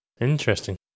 Interesting